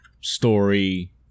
story